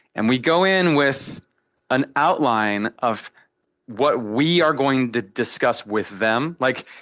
and we go in with an outline of what we are going to discuss with them. like,